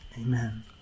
Amen